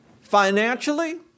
financially